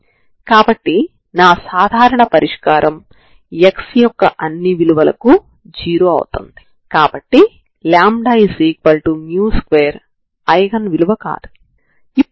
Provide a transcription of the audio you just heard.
కాబట్టి ఇక్కడ మీరు x0t0 వద్ద పరిష్కారాన్ని కావాలనుకుంటే ఈ డి' ఆలెంబెర్ట్ పరిష్కారం నుండి ఇది ప్రారంభ సమాచారం మీద ఆధారపడి ఉంటుందని మీరు చూడవచ్చు